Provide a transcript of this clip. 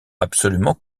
absolument